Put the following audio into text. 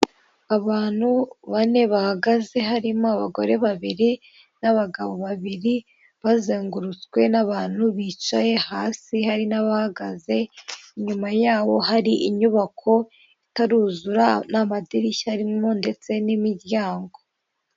Abantu bane bahagaze harimo abagore babiri n'abagabo babiri bazengurutswe n'abantu bicaye hasi hari n'abahagaze inyuma yaho hari inyubako itaruzura n'amadirishya rimo ndetse n'imiryango.